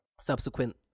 subsequent